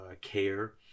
care